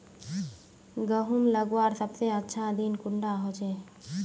गहुम लगवार सबसे अच्छा दिन कुंडा होचे?